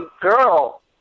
girl